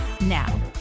now